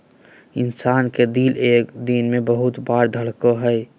इंसान के दिल एगो दिन मे बहत्तर बार धरकय हइ